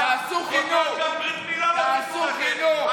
עוד מעט גם ברית מילה, לא, תעשו חינוך.